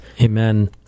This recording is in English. Amen